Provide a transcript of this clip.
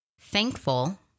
Thankful